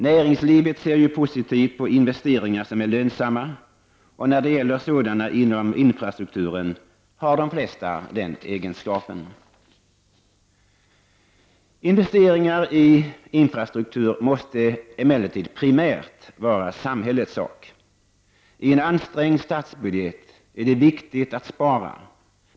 Näringslivet ser ju positivt på investeringar som är lönsamma, och när det gäller investeringar inom infrastrukturen har de flesta den egenskapen. Investeringar i infrastruktur måste emellertid primärt vara samhällets sak. I en ansträngd statsbudget är det viktigt att spara.